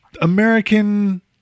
American